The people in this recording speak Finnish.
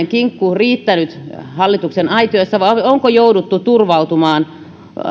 kinkku riittänyt hallituksen aitiossa vai onko jouduttu turvautumaan